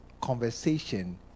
conversation